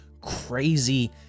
crazy